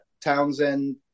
Townsend